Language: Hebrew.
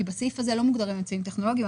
בסעיף הזה לא מוגדרים אמצעים טכנולוגיים,